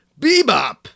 bebop